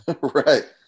Right